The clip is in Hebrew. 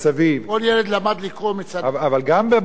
כל ילד למד לקרוא מצד אבל גם בעיירות,